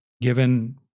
given